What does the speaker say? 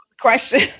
question